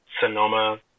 Sonoma